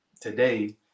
today